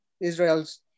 israel's